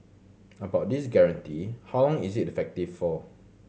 about this guarantee how long is it effective for